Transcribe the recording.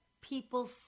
people